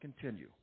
continue